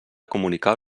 comunicar